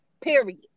period